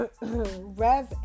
rev